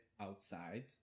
outside